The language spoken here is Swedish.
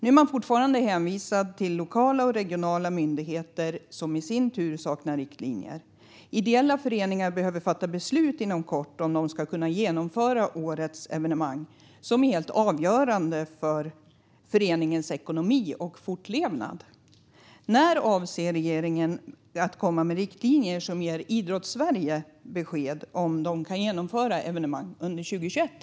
Nu är man fortfarande hänvisad till lokala och regionala myndigheter som i sin tur saknar riktlinjer. Ideella föreningar behöver fatta beslut inom kort om de ska kunna genomföra årets evenemang, som är helt avgörande för föreningens ekonomi och fortlevnad. När avser regeringen att komma med riktlinjer som ger Idrottssverige besked om man kan genomföra evenemang under 2021?